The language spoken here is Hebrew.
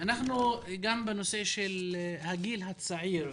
גם בנושא של הגיל הצעיר,